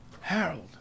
Harold